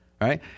right